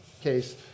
case